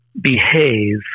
behave